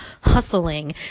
hustling